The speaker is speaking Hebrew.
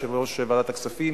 יושב-ראש ועדת הכספים,